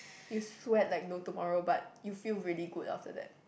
you sweat like no tomorrow but you feel really good after that